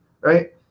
right